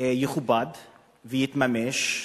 יכובד ויתממש,